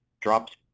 drops